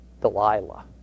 Delilah